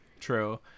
True